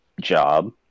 job